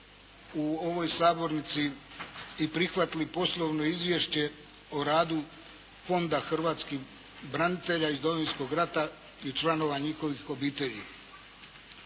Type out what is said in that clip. u ovoj Sabornici i prihvatili poslovno Izvješće o radu Fonda hrvatskih branitelja iz Domovinskog rata i članova njihovih obitelji.